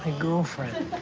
ah girlfriend.